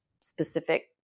specific